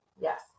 Yes